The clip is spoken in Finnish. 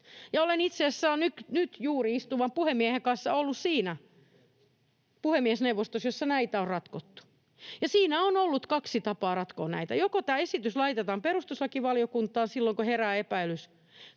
puhemiehen kanssa ollut siinä puhemiesneuvostossa, jossa näitä on ratkottu, ja siinä on ollut kaksi tapaa ratkoa näitä. Joko tämä esitys laitetaan perustuslakivaliokuntaan silloin, kun herää epäilys,